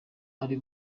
ari